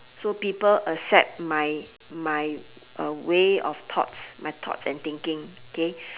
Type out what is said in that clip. so people accept my my uh way of thoughts my thoughts and thinking K